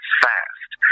fast